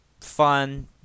fun